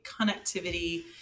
connectivity